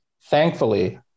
thankfully